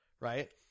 right